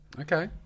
Okay